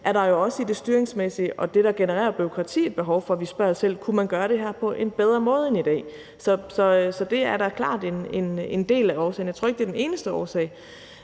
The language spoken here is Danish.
er der jo også i det styringsmæssige og i det, der genererer bureaukrati, et behov for, at vi spørger os selv, om man kunne gøre det her på en bedre måde end i dag. Så det er da klart en del af årsagen. Jeg tror ikke, det er den eneste årsag.